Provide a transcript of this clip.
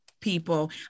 people